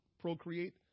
procreate